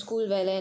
ya